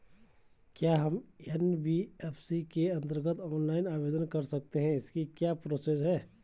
क्या हम एन.बी.एफ.सी के अन्तर्गत ऑनलाइन आवेदन कर सकते हैं इसकी क्या प्रोसेस है?